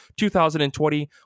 2020